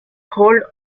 hold